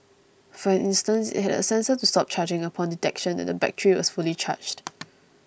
for instance it had a sensor to stop charging upon detection that the battery was fully charged